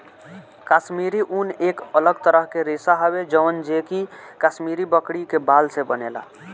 काश्मीरी ऊन एक अलग तरह के रेशा हवे जवन जे कि काश्मीरी बकरी के बाल से बनेला